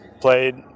played